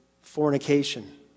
fornication